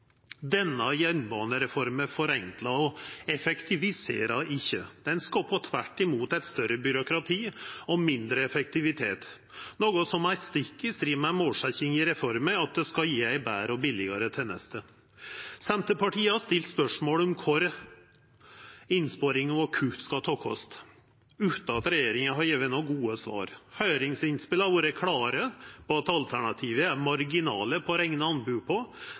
Denne jernbanereforma forenklar og effektiviserer ikkje, ho skaper tvert imot eit større byråkrati og mindre effektivitet, noko som er stikk i strid med målsetjinga i reforma – at ho skal gje ei betre og billegare teneste. Senterpartiet har stilt spørsmål om kvar innsparingar og kutt skal takast, utan at regjeringa har gjeve nokon gode svar. Høyringsinnspela har vore klare på at alternativa er marginale å rekna anbod på,